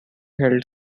held